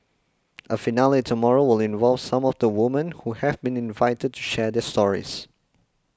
a finale tomorrow will involve some of the women who have been invited to share their stories